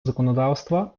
законодавства